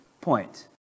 point